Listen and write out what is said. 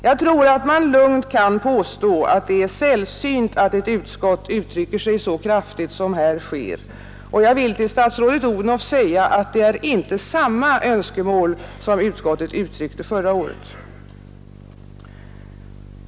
Jag tror man lugnt kan påstå att det är sällsynt att ett utskott uttrycker sig så kraftigt som här sker, och jag vill säga till statsrådet Odhnoff att det inte är samma önskemål som det utskottet uttryckte förra året.